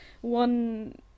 one